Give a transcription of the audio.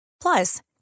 Plus